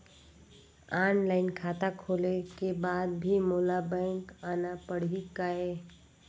Online खाता खोले के बाद भी मोला बैंक आना पड़ही काय?